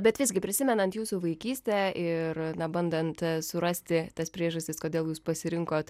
bet visgi prisimenant jūsų vaikystę ir na bandant surasti tas priežastis kodėl jūs pasirinkot